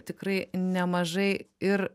tikrai nemažai ir